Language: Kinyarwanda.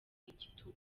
igitugu